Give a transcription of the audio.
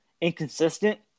inconsistent